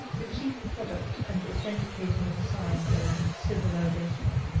the chief product and authenticating sign of civilization.